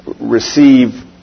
receive